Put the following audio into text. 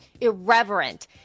irreverent